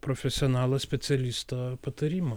profesionalo specialisto patarimo